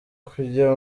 kujya